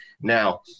now